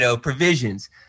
provisions